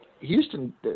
houston